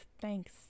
thanks